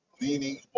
leaning